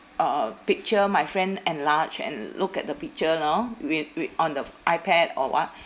uh picture my friend enlarge and look at the picture you know with with on the ph~ ipad or what